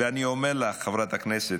ואני אומר לך, חברת הכנסת,